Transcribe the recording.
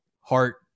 heart